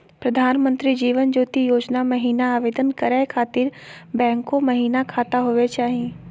प्रधानमंत्री जीवन ज्योति योजना महिना आवेदन करै खातिर बैंको महिना खाता होवे चाही?